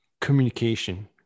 Communication